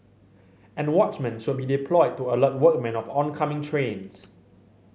and watchmen should be deployed to alert workmen of oncoming trains